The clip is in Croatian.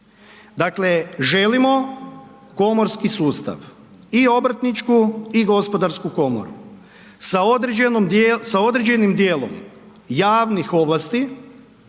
Dakle želimo komorski sustav i Obrtničku i Gospodarsku komoru sa određenim dijelom javnih ovlasti